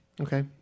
Okay